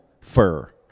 fur